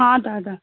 हा दादा